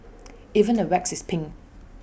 even the wax is pink